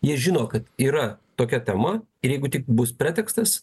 jie žino kad yra tokia tema ir jeigu tik bus pretekstas